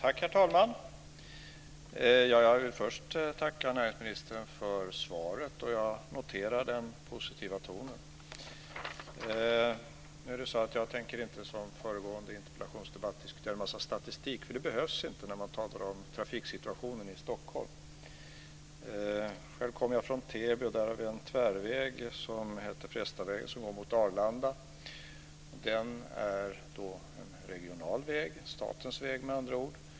Herr talman! Jag vill först tacka näringsministern för svaret. Jag noterar den positiva tonen. Jag tänker inte som i föregående interpellationsdebatt diskutera en massa statistik. Det behövs inte när man talar om trafiksituationen i Stockholm. Själv kommer jag från Täby. Där har vi en tvärväg som heter Frestavägen som går mot Arlanda. Det är en regional väg, med andra ord statens väg.